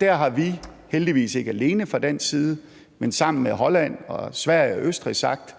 der har vi, heldigvis ikke alene fra dansk side, men sammen med Holland, Sverige og Østrig sagt,